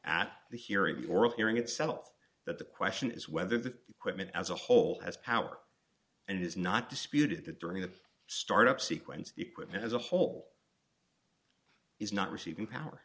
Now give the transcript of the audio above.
at the hearing the oral hearing itself that the question is whether the equipment as a whole has power and is not disputed that during the startup sequence the equipment as a whole is not receiving power